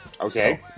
Okay